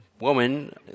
woman